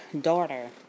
daughter